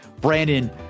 Brandon